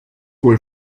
wohl